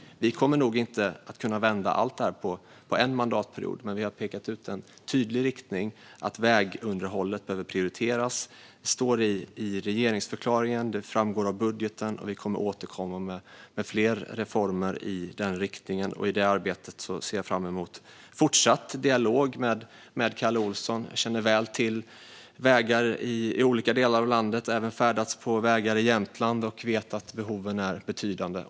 Vi kommer nog inte att kunna vända allt under en mandatperiod. Men vi har pekat ut en tydlig riktning: att vägunderhållet behöver prioriteras. Det står i regeringsförklaringen. Det framgår av budgeten. Och vi kommer att återkomma med fler reformer i den riktningen. I det arbetet ser jag fram emot fortsatt dialog med Kalle Olsson. Jag känner väl till vägar i olika delar av landet. Jag har även färdats på vägar i Jämtland och vet att behoven är betydande.